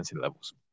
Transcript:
levels